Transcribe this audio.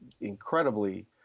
incredibly